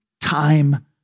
time